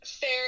Fair